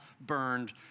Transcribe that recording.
burned